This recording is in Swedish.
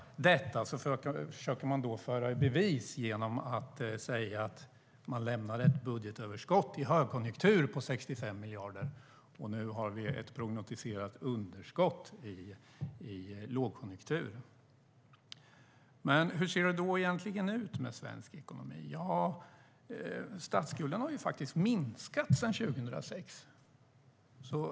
Detta försöker de föra i bevis genom att säga att de lämnade ett budgetöverskott i högkonjunktur på 65 miljarder, och nu har vi ett prognostiserat underskott i lågkonjunktur. Hur ser det då egentligen ut med svensk ekonomi? Statsskulden har minskat sedan 2006.